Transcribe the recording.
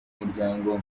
muryango